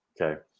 Okay